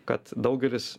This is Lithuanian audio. kad daugelis